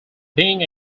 being